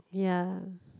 ya